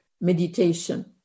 meditation